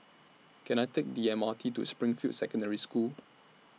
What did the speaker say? Can I Take The M R T to Springfield Secondary School